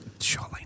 surely